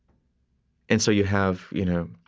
and so you have, you know,